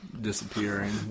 disappearing